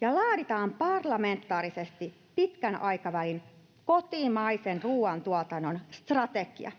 ja laaditaan parlamentaarisesti pitkän aikavälin kotimaisen ruoantuotannon strategia.